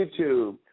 YouTube